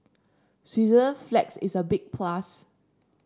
Switzerland flags is a big plus